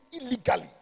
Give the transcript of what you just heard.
illegally